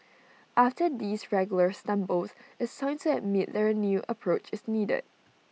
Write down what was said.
after these regular stumbles it's time to admit that A new approach is needed